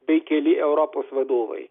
bei keli europos vadovai